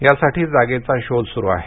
यासाठी जागेचा शोध सुरू आहे